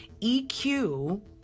EQ